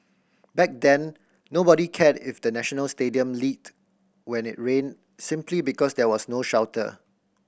back then nobody cared if the National Stadium leaked when it rained simply because there was no shelter